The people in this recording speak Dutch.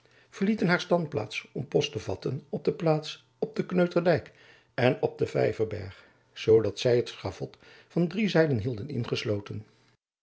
verlieten haar standplaats om post te vatten op de plaats op den kneuterdijk en op den vijverberg zoo dat zy het schavot van drie zijden hielden ingesloten